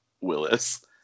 Willis